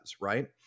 right